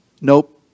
Nope